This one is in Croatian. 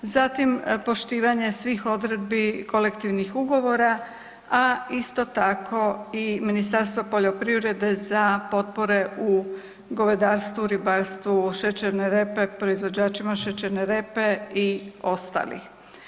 Zatim, poštivanje svih odredbi kolektivnih ugovora, a isto tako i Ministarstvo poljoprivrede za potpore u govedarstvu, ribarstvu, šećerne repe, proizvođačima šećerne repe i ostali.